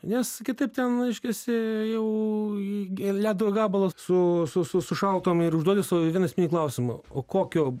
nes kitaip ten reiškiasi jau lyg ledo gabalas su su su sušaltum ir užduodi sau vieną esminį klausimą o kokio